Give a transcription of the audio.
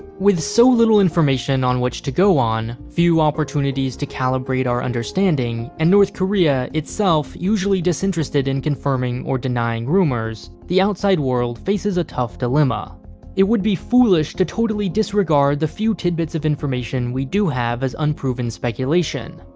with so little information on which to go on, on, few opportunities to calibrate our understanding, and north korea, itself, usually disinterested in confirming or denying rumors, the outside world faces a tough dilemma it would be foolish to totally disregard the few tidbits of information we do have as unproven speculation,